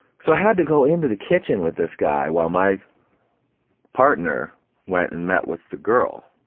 so i had to go into the kitchen with this guy while my partner went and met with the girl,